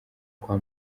kwa